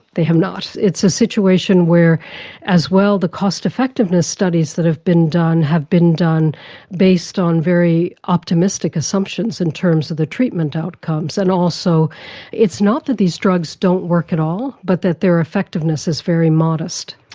they have not. it's a situation where as well the cost effectiveness studies that have been done has been done based on very optimistic assumptions in terms of the treatment outcomes, and also it's not that these drugs don't work at all, but that their effectiveness is very modest.